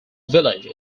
village